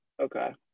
Okay